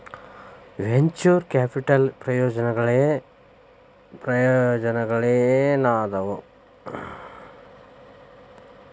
venture capital ಪ್ರಯೋಜನಗಳೇನಾದವ